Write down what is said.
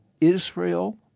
Israel